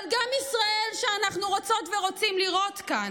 אבל גם ישראל שאנחנו רוצות ורוצים לראות כאן.